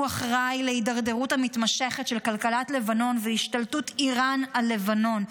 הוא אחראי להידרדרות המתמשכת של כלכלת לבנון והשתלטות איראן על לבנון,